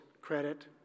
credit